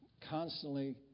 constantly